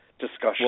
discussion